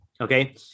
Okay